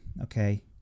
okay